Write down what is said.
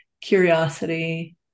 curiosity